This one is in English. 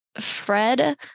Fred